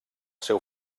seu